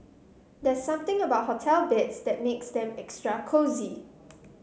there's something about hotel beds that makes them extra cosy